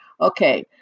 okay